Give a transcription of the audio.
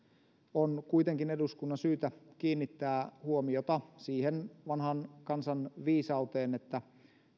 on kuitenkin eduskunnan syytä kiinnittää huomiota siihen vanhaan kansanviisauteen että